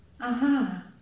Aha